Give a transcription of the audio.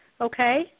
Okay